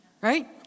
right